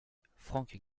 frank